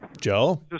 Joe